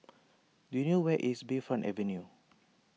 do you know where is Bayfront Avenue